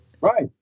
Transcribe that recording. Right